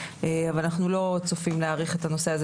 אבל אנחנו לא צופים להאריך את הנושא הזה